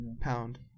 pound